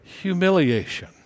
humiliation